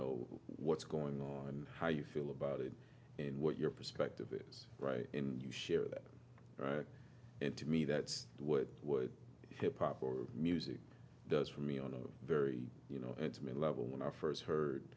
know what's going on how you feel about it and what your perspective is you share that and to me that's what would hip hop or music does for me on a very you know intimate level when i first heard